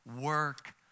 work